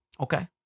Okay